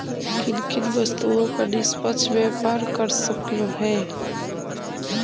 किन किन वस्तुओं का निष्पक्ष व्यापार कर सकलू हे